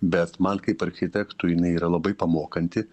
bet man kaip architektui jinai yra labai pamokanti